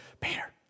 Peter